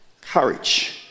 courage